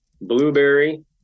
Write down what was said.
blueberry